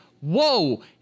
whoa